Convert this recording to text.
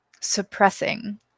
suppressing